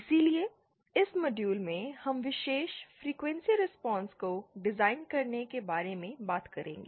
इसलिए इस मॉड्यूल में हम विशेष फ्रीक्वेंसी रिस्पांस को डिजाइन करने के बारे में बात करेंगे